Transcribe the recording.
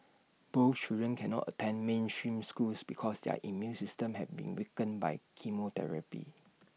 both children cannot attend mainstream schools because their immune systems have been weakened by chemotherapy